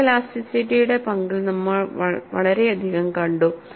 ഫോട്ടോഇലാസ്റ്റിറ്റിയുടെ പങ്ക് നമ്മൾ വളരെയധികം കണ്ടു